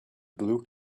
blue